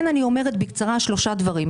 אז אני אומרת שלושה דברים.